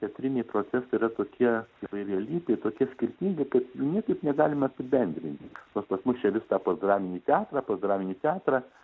teatriniai procesai yra tokie įvairialypiai tokie skirtingi kad jų niekaip negalim apibendrint pas pas mus čia vis tą postdraminį teatrą postdraminį teatrą